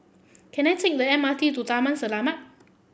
can I take the M R T to Taman Selamat